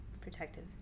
protective